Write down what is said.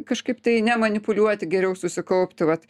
kažkaip tai ne manipuliuoti geriau susikaupti vat